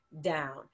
down